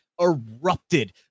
erupted